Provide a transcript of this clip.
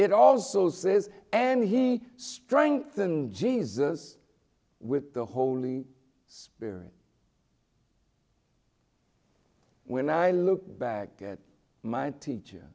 it also says and he strengthened jesus with the holy spirit when i look back at my teacher